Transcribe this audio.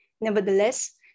Nevertheless